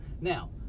Now